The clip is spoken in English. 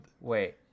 Wait